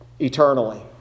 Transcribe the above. eternally